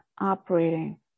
operating